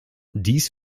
dies